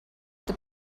this